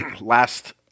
last